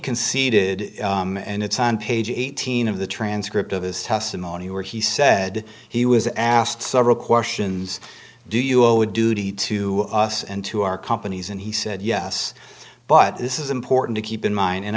conceded and it's on page eighteen of the transcript of his testimony where he said he was asked several questions do you owe a duty to us and to our companies and he said yes but this is important to keep in mind and